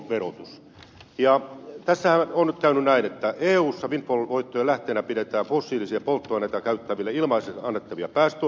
tässähän on nyt käynyt näin että eussa windfall voittojen lähteenä pidetään fossiilisia polttoaineita käyttäville ilmaiseksi annettavia päästöoikeuksia